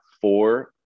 four